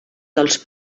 dels